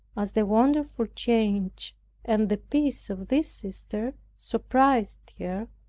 as the wonderful change and the peace of this sister surprised her,